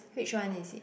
which one is it